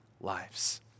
lives